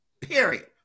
Period